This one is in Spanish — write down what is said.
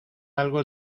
algo